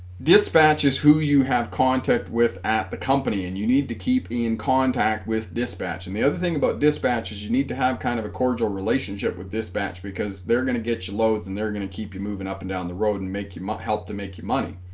who you have contact with at the company and you need to keep in contact with dispatch and the other thing about dispatches you need to have kind of a cordial relationship with this batch because they're going to get you loads and they're going to keep you moving up and down rodan make you my help to make you money